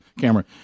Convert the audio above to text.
camera